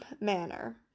manner